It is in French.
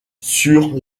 sur